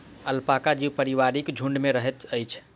alpaca जीव पारिवारिक झुण्ड में रहैत अछि